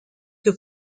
que